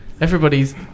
Everybody's